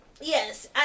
yes